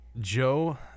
Joe